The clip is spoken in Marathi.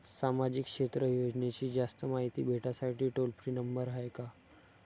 सामाजिक क्षेत्र योजनेची जास्त मायती भेटासाठी टोल फ्री नंबर हाय का?